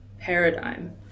paradigm